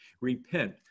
repent